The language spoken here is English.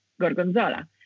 gorgonzola